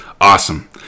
Awesome